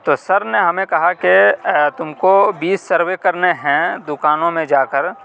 تو سر نے ہمیں کہا کہ تم کو بیس سروے کرنے ہیں دکانوں میں جا کر